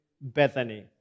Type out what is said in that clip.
Bethany